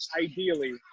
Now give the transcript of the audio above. ideally